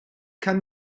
kann